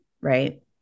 Right